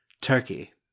Turkey